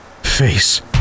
face